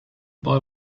boy